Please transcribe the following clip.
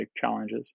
challenges